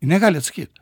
negali atsakyt